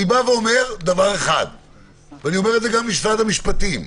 אני אומר גם למשרד המשפטים,